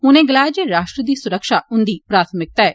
उनें गलाया जे राष्ट्र दी सुरक्षा उंदी प्राथमिकता ऐ